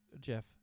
Jeff